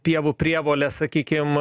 pievų prievolė sakykim